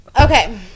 Okay